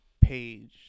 page